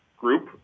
group